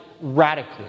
radically